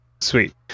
sweet